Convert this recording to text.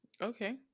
Okay